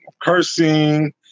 cursing